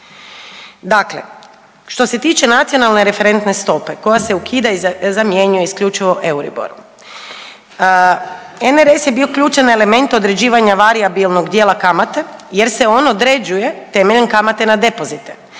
Dakle, što se tiče nacionalne referentne stope koja se ukida i zamjenjuje isključivo Euriborom. RNS je bio ključan element određivanja varijabilnog dijela kamate jer se on određuje temeljem kamate na depozite,